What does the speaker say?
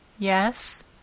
Yes